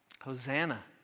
Hosanna